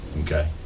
Okay